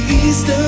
east